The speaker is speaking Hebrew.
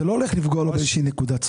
זה לא הולך לפגוע לו באיזו שהיא נקודת זכות.